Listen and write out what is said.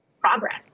progress